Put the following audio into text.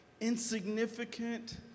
insignificant